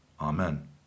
Amen